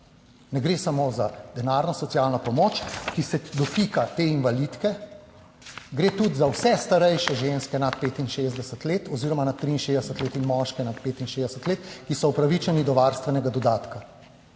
Ne gre samo za denarno socialno pomoč, ki se dotika te invalidke, gre tudi za vse starejše ženske nad 65 let oziroma na 63 let in moške nad 65 let, ki so upravičeni do varstvenega dodatka.